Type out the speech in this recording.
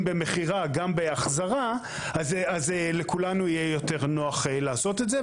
במכירה גם בהחזרה אז לכולנו יהיה יותר נוח לעשות את זה.